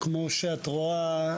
כמו שאת רואה,